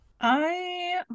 I-